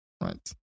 Right